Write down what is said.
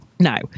Now